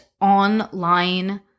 online